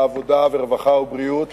הרווחה והבריאות,